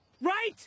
right